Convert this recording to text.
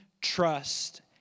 trust